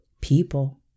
people